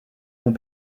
vont